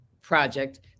project